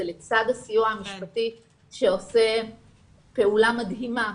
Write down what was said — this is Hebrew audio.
זה לצד הסיוע המשפטי שעושה פעולה מדהימה,